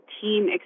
team